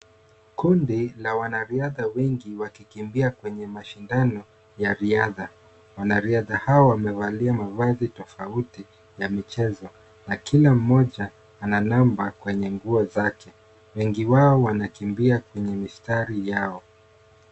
Kundi la wanariadha wengi wakikimbia kwenye mashindano ya riadha. Wanariadha hawa wamevalia mavazi tofauti ya michezo, na kila mmoja ana namba kwenye nguo zake. Wengi wao wanakimbia kwenye mistari yao.